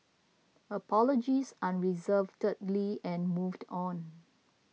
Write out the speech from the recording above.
apologise unreservedly and moved on